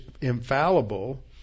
infallible